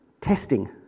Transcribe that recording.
testing